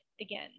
again